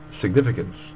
significance